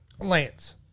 Lance